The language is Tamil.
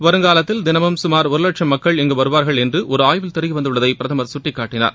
வருங்காலத்தில் தினமும் சுமார் ஒரு லட்சும் மக்கள் இங்கு வருவார்கள் என்று ஒரு ஆய்வில் தெரிய வந்துள்ளதை பிரதமர் சுட்டிக்காட்டினார்